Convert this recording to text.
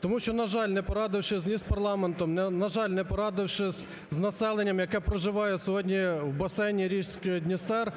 Тому що, на жаль, не порадившись ні з парламентом, на жаль, не порадившись з населенням, яке проживає сьогодні в басейні річки Дністер,